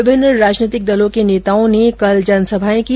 विभिन्न राजनीतिक दलों के नेताओं ने कल जनसभाए की